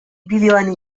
bideoan